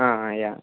yeah